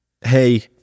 Hey